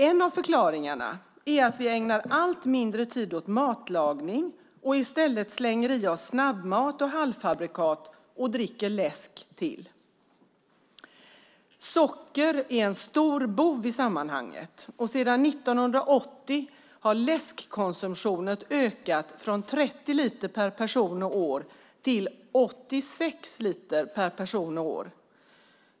En av förklaringarna är att vi ägnar allt mindre tid åt matlagning och i stället slänger i oss snabbmat och halvfabrikat och dricker läsk till. Socker är en stor bov i sammanhanget, och sedan 1980 har läskkonsumtionen ökat från 30 liter per person och år till 86 liter per person och år.